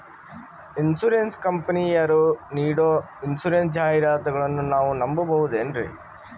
Insurance ಕಂಪನಿಯರು ನೀಡೋ insurance ಜಾಹಿರಾತುಗಳನ್ನು ನಾವು ನಂಬಹುದೇನ್ರಿ?